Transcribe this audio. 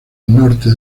norte